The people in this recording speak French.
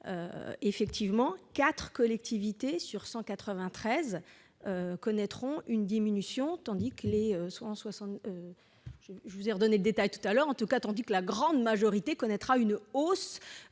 Effectivement, 4 collectivités sur 193 connaîtront une diminution, tandis que la grande majorité bénéficiera d'une hausse